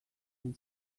den